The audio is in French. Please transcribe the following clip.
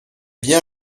bien